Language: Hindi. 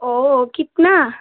वह कितना